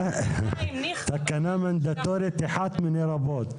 תקנה מנדטורית אחת מני רבות.